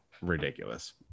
ridiculous